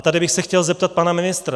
Tady bych se chtěl zeptat pana ministra.